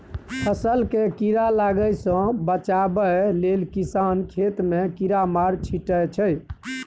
फसल केँ कीड़ा लागय सँ बचाबय लेल किसान खेत मे कीरामार छीटय छै